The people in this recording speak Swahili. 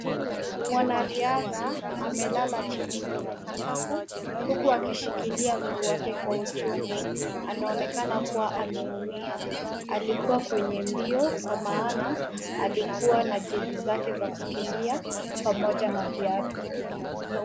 Mwanariadha amelala chini kwenye sakafu huku akishikilia mguu wake kwa uchungu. Anaonekana kuwa ameumia. Alikuwa kwenye mbio kwa maana alikuwa na jezi zake za kukimbia pamoja na viatu.